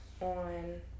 on